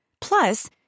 Plus